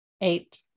eight